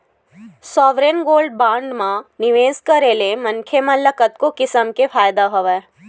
sovereign gold bond म निवेस करे ले मनखे मन ल कतको किसम के फायदा हवय